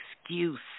excuse